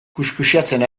kuxkuxeatzen